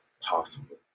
possible